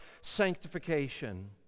sanctification